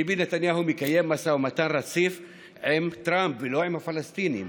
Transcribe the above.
ביבי נתניהו מקיים משא ומתן רציף עם טראמפ ולא עם הפלסטינים.